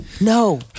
No